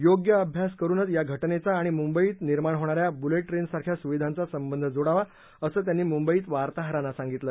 योग्य अभ्यास करूनच या घटनेचा आणि मुंबईमध्ये निर्माण होणा या बुलेट ट्रेनसारख्या सुविधांचा संबंध जोडावा असं त्यांनी मुंबईत वार्ताहरांना सांगितलं